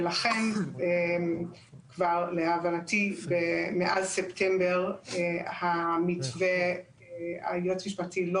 לכן כבר להבנתי מאז ספטמבר היועץ המשפטי לא